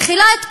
שמכילה את כולם,